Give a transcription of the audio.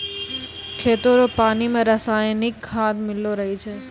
खेतो रो पानी मे रसायनिकी खाद मिल्लो रहै छै